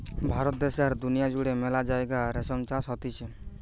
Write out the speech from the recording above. ভারত দ্যাশে আর দুনিয়া জুড়ে মেলা জাগায় রেশম চাষ হতিছে